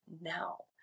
now